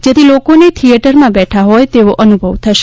જેથી લોકોને થિયેટરમાં બેઠા હોય તેવો અનુભવ થશે